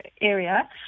area